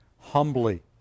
humbly